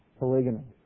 polygamy